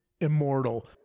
immortal